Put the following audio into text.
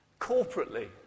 Corporately